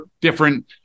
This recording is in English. different